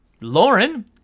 Lauren